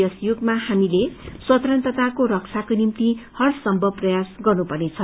यस युगमा हामीहरूले स्वतन्त्रताको रक्षाको निम्ति हर सम्भव प्रयास गर्न पर्नेछ